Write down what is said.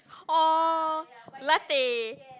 oh latte